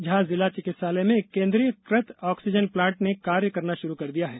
जहां जिला चिकित्सालय में केन्द्रीकृत ऑक्सीजन प्लांट ने कार्य करना शुरू कर दिया है